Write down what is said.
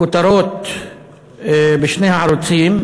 כותרות בשני הערוצים,